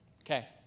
Okay